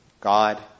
God